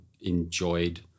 enjoyed